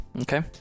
Okay